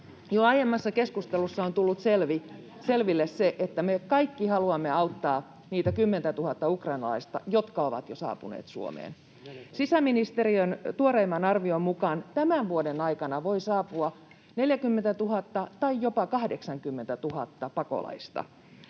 aiemmassa keskustelussa on tullut selville se, että me kaikki haluamme auttaa niitä 10 000:ta ukrainalaista, jotka ovat jo saapuneet Suomeen. Sisäministeriön tuoreimman arvion mukaan tämän vuoden aikana voi saapua 40 000 tai jopa 80 000 pakolaista.